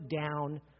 down